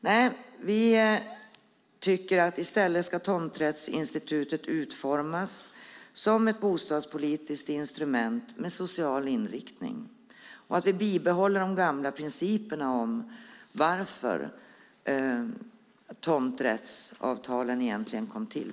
Nej, vi tycker att tomträttsinstitutet i stället ska utformas som ett bostadspolitiskt instrument med social inriktning och att vi bibehåller de gamla principerna om varför tomträttsavtalen från början kom till.